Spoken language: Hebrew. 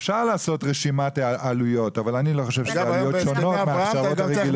אפשר לעשות רשימת עלויות אבל אני לא חושב שהן שונות מהרגילות.